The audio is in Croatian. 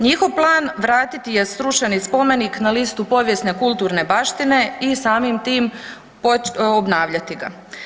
Njihov plan vratit je srušeni spomenik na listu povijesne—kulturne baštine i samim tim obnavljati ga.